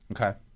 Okay